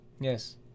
Yes